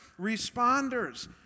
responders